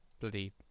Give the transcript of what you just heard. bloody